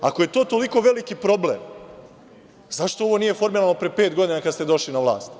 Ako je to toliko veliki problem, zašto ovo nije formirano pre pet godina kada ste došli na vlast?